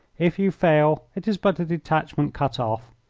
if you fail it is but a detachment cut off.